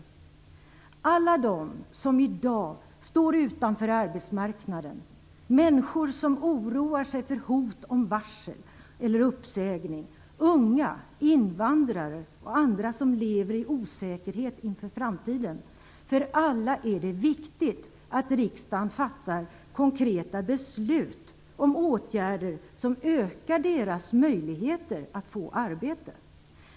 För alla dem som i dag står utanför arbetsmarknaden - människor som oroar sig för hot om varsel eller uppsägning, unga, invandrare och andra som lever i osäkerhet inför framtiden - är det viktigt att riksdagen fattar konkreta beslut om åtgärder som ökar deras möjligheter att få arbete.